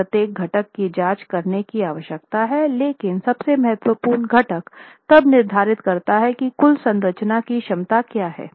अब प्रत्येक घटक की जाँच करने की आवश्यकता है लेकिन सबसे महत्वपूर्ण घटक तब निर्धारित करता है कि कुल संरचना की क्षमता क्या है